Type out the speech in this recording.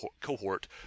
cohort